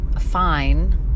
fine